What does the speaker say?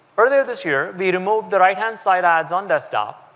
earlier this year we removed the right-hand side ads on desktop.